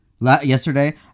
yesterday